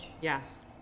Yes